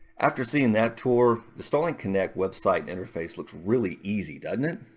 after seeing that tour, the starling connect website interface looks really easy, doesn't it?